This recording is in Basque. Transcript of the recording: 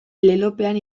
lelopean